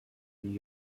new